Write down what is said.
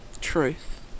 truth